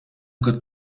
good